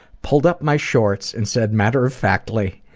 pulled up my shorts and said matter-of-factly,